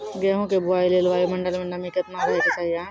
गेहूँ के बुआई लेल वायु मंडल मे नमी केतना रहे के चाहि?